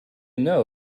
know